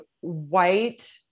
white